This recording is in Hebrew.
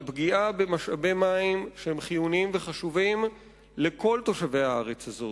על פגיעה במשאבי מים שהם חיוניים וחשובים לכל תושבי הארץ הזו.